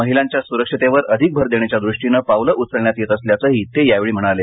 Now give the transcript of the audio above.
महिलांच्या सुरक्षिततेवर अधिक भर देण्याच्या दृष्टीने पावल उचलण्यात येत असल्याचही ते यावेळी म्हणाले